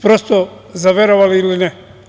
Prosto, za verovali ili ne.